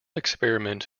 experiment